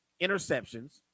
interceptions